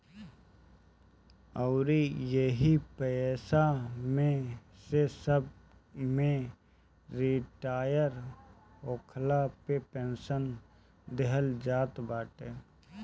अउरी एही पईसा में से बाद में रिटायर होखला पे पेंशन देहल जात बाटे